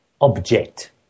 object